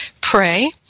pray